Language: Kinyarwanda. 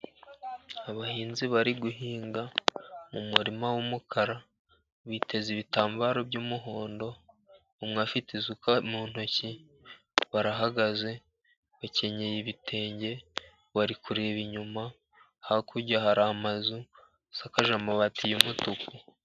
Abahinzi bari guhinga mu murima w'umukara, biteze ibitambaro by'umuhondo. Umwe afite isuka mu ntoki, barahagaze, bakenyeye ibitenge, bari kureba inyuma. Hakurya hari amazu asakaje amabati y'umutuku.